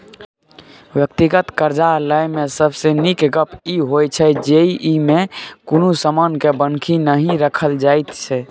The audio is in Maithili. व्यक्तिगत करजा लय मे सबसे नीक गप ई होइ छै जे ई मे कुनु समान के बन्हकी नहि राखल जाइत छै